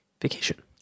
Vacation